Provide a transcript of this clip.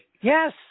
Yes